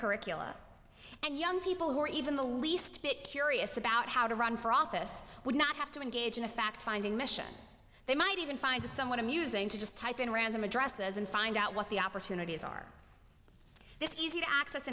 curriculum and young people who are even the least bit curious about how to run for office would not have to engage in a fact finding mission they might even find it somewhat amusing to just type in random addresses and find out what the opportunities are this easy to access